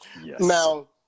Now